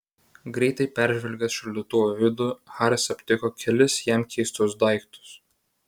greitai peržvelgęs šaldytuvo vidų haris aptiko kelis jam keistus daiktus